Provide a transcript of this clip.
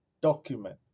document